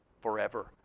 forever